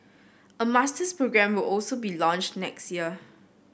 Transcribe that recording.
a masters programme will also be launched next year